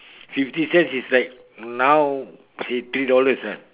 fifty cents is like now say three dollars ah